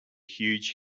huge